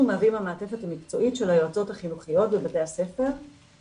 אנחנו מהווים המעטפת המקצועית של היועצות החינוכיות בבתי הספר,